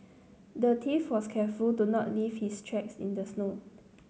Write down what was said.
the thief was careful to not leave his tracks in the snow